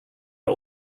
are